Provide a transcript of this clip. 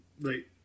Right